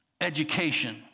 education